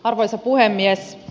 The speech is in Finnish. arvoisa puhemies